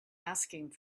asking